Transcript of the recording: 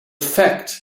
fact